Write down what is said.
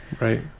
Right